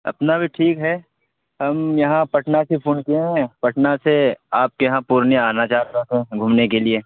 اپنا بھی ٹھیک ہے ہم یہاں پٹنہ سے فون کیے ہیں پٹنہ سے آپ کے یہاں پورنیہ آنا چاہ رہا تھا گھومنے کے لیے